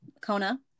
Kona